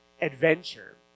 adventure